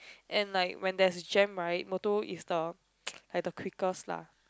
and like when there's a jam right motor is the like the quickest lah